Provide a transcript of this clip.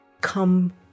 come